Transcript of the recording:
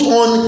on